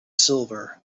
silver